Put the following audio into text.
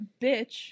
bitch